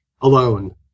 alone